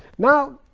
now,